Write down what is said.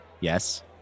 Yes